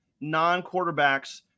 non-quarterbacks